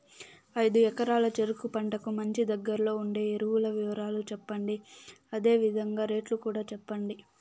ఐదు ఎకరాల చెరుకు పంటకు మంచి, దగ్గర్లో ఉండే ఎరువుల వివరాలు చెప్పండి? అదే విధంగా రేట్లు కూడా చెప్పండి?